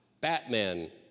Batman